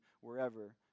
wherever